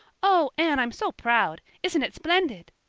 oh, anne i'm so proud! isn't it splendid?